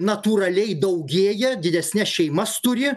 natūraliai daugėja didesnes šeimas turi